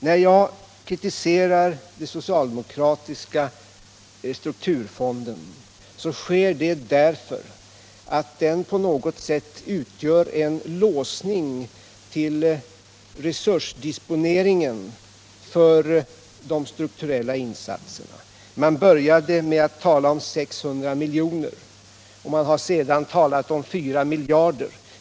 När jag kritiserar den socialdemokratiska strukturfonden, så sker det därför att den på något sätt utgör en låsning av resursdisponeringen för de strukturella insatserna. Man började med att tala om 600 miljoner, och man har sedan talat om 4 miljarder.